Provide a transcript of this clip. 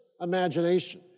imagination